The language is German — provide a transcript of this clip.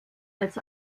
als